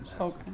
Okay